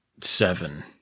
seven